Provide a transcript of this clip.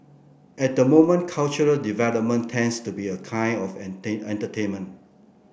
at the moment cultural development tends to be a kind of entertainment